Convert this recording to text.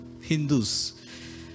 Hindus